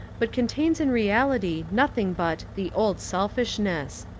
but contains in reality nothing but the old selfishness.